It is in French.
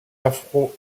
afro